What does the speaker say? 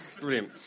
brilliant